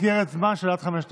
במסגרת זמן של עד חמש דקות.